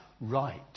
right